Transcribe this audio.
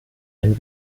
ein